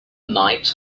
night